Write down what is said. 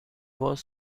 was